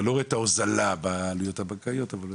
אני לא רואה את ההוזלה בעלויות הבנקאיות אבל בסדר.